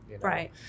Right